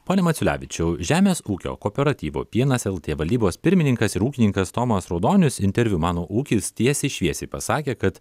pone maculevičiau žemės ūkio kooperatyvo pienas lt valdybos pirmininkas ir ūkininkas tomas raudonius interviu mano ūkis tiesiai šviesiai pasakė kad